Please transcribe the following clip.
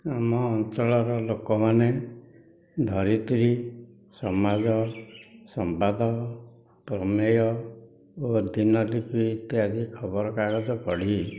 ଆମ ଅଞ୍ଚଳର ଲୋକମାନେ ଧରିତ୍ରୀ ସମାଜ ସମ୍ବାଦ ପ୍ରମେୟ ଓ ଦିନଲିପି ଇତ୍ୟାଦି ଖବରକାଗଜ ପଢ଼ି